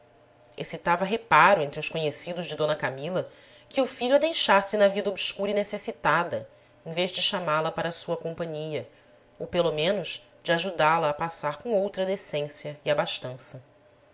hospício excitava reparo entre os conhecidos de d camila que o filho a deixasse na vida obscura e necessitada em vez de chamá-la para sua companhia ou pelo menos de ajudá-la a passar com outra decência e abastança